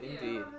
Indeed